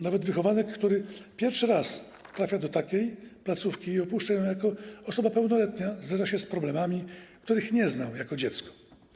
Nawet wychowanek, który pierwszy raz trafia do takiej placówki i opuszcza ją jako osoba pełnoletnia, zderza się z problemami, których nie znał jako dziecko.